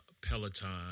Peloton